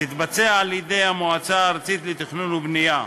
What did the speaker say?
תתבצע על-ידי המועצה הארצית לתכנון ובנייה.